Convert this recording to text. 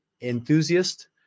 enthusiast